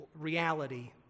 reality